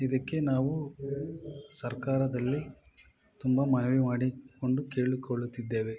ಇದಕ್ಕೆ ನಾವು ಸರ್ಕಾರದಲ್ಲಿ ತುಂಬ ಮನವಿ ಮಾಡಿಕೊಂಡು ಕೇಳಿಕೊಳ್ಳುತ್ತಿದ್ದೇವೆ